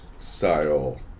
style